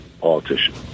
politician